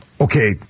Okay